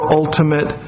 ultimate